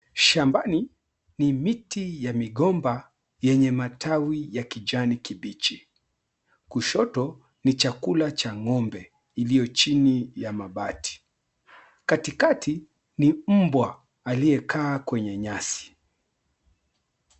Shambani ni miti ya migomba yenye matawi ya kijani kibichi, kushoto ni chakula cha ng'ombe iliyo chini ya mabati katikati ni mbwa aliyekaa kwenye nyasi.